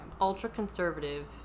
Ultra-conservative